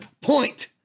point